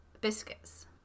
biscuits